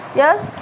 yes